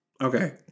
Okay